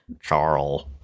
Charles